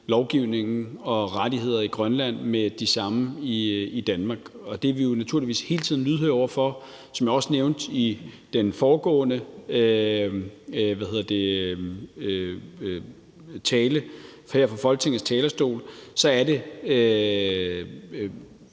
lovgivningen og rettighederne i Grønland med det, der er gældende i Danmark, og det er vi naturligvis også hele tiden lydhøre over for. Som jeg også nævnte i min foregående tale her fra Folketingets talerstol, er det